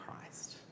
Christ